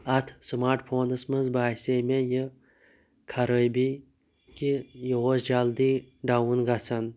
اَتھ سُماٹ فونَس منٛز باسے مےٚ یہِ خرأبی کہِ یہِ اوس جَلدٕے ڈَاوُن گَژھان